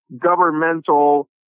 governmental